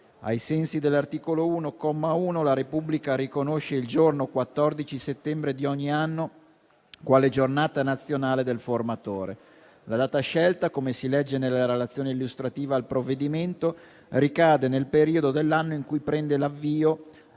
Ai sensi dell'articolo 1, comma 1, la Repubblica riconosce il giorno 14 settembre di ogni anno quale Giornata nazionale del formatore. La data scelta, come si legge nella relazione illustrativa al provvedimento, ricade nel periodo dell'anno in cui prende avvio